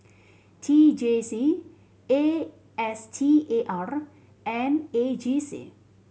T J C A S T A R and A G C